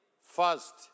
first